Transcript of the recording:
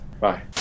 Bye